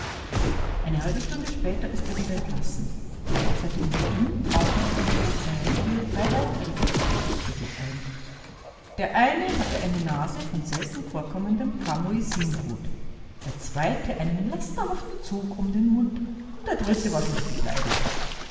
eine halbe stunde später ist er wieder entlassen gleichzeitig mit ihm trafen auf dem polizeirevier drei weitere verdächtige ein der eine hatte eine nase von selten vorkommendem karmoisinrot der zweite einen lasterhaften zug um den mund und der dritte war schlecht gekleidet